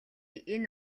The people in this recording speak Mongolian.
энэ